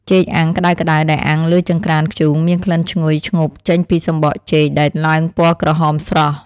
ចេកអាំងក្តៅៗដែលអាំងលើចង្ក្រានធ្យូងមានក្លិនឈ្ងុយឈ្ងប់ចេញពីសំបកចេកដែលឡើងពណ៌ក្រហមស្រស់។